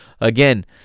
Again